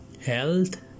health